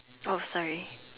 oh sorry